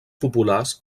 populars